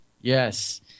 Yes